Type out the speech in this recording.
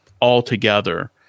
altogether